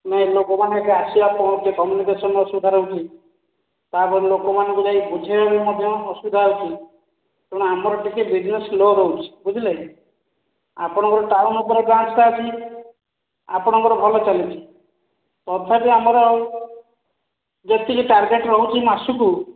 ନାହିଁ ଲୋକମାନେ ଏତେ ଆସିବା କମୁନିକେସନ୍ ର ଅସୁବିଧା ରହୁଛି ତାପରେ ଲୋକମାନଙ୍କୁ ଯାଇକି ବୁଝେଇବାକୁ ମଧ୍ୟ ଅସୁବିଧା ହେଉଛି ତେଣୁ ଆମର ଟିକେ ବିଜିନେସ୍ ଲୋ ରହୁଛି ବୁଝିଲେ ଆପଣଙ୍କର ଟାଉନ ଉପରେ ବ୍ରାଞ୍ଚଟା ଅଛି ଆପଣଙ୍କର ଭଲ ଚାଲୁଛି ତଥାପି ଆମର ଯେତିକି ଟାର୍ଗେଟ ରହୁଛି ମାସକୁ